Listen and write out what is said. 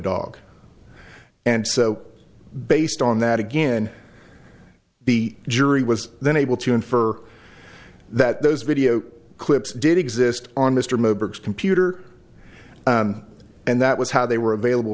dog and so based on that again the jury was then able to infer that those video clips did exist on mr mubarak's computer and that was how they were available